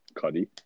Cuddy